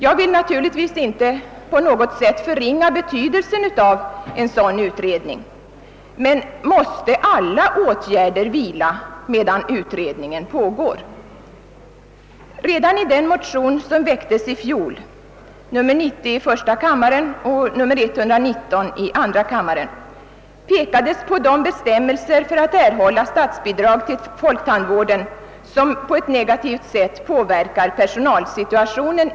Jag vill naturligtvis inte på något sätt förringa betydelsen av en sådan utredning, men måste alla åtgärder vila medan utredningen pågår? som väcktes i fjol pekades på den negativa verkan som bestämmelserna om statsbidrag åt folktandvården har på personalsituationen.